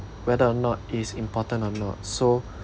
whether or not is important or not so